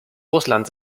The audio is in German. russland